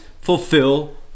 fulfill